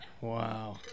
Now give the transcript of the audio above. Wow